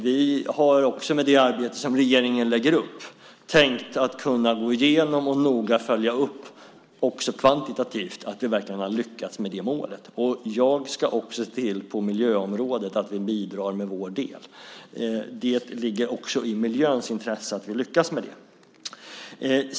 Vi har också, med det arbete som regeringen lägger upp, tänkt gå igenom och också kvantitativt noga följa upp att vi verkligen har lyckats nå det målet. Jag ska också se till att vi bidrar med vår del på miljöområdet. Det ligger i miljöns intresse att vi lyckas med det.